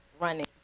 running